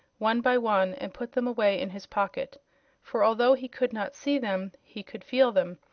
one by one, and put them away in his pocket for although he could not see them he could feel them,